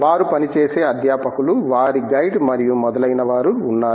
వారు పనిచేసే అధ్యాపకులు వారి గైడ్ మరియు మొదలైనవారు ఉన్నారు